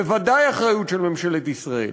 בוודאי אחריות של ממשלת ישראל.